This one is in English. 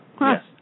Yes